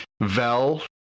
Vel